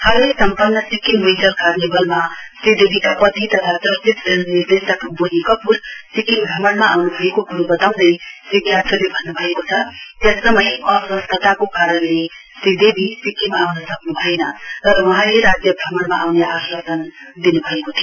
हालै सम्पन्न सिक्किम विन्टर कार्निभलमा श्रीदेवीका पति तथा चर्चित फिल्म निर्देशक बोनी कपूर सिक्किम भ्रमणमा आउन् भएको क्रो बताउँदै श्री ग्याछोले भन्न् भएको छ त्यससमय अस्वस्थ्यको कारणले श्रीदेवी सिक्किम आउन सक्न् भएन तर वहाँले राज्य भ्रमण आउने आश्वासन दिन् भएको थियो